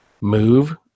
move